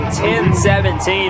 10-17